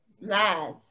Lies